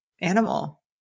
animal